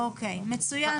מצוין.